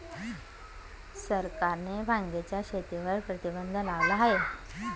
सरकारने भांगेच्या शेतीवर प्रतिबंध लावला आहे